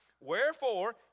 wherefore